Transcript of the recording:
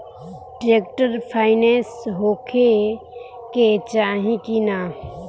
Tractor पाईनेस होखे के चाही कि ना?